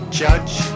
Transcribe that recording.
judge